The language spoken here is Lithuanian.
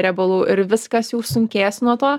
riebalų ir viskas jau sunkės nuo to